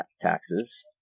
taxes